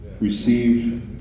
Receive